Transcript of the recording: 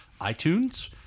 iTunes